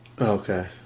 Okay